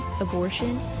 abortion